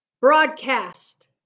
broadcast